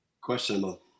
Questionable